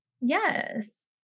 Yes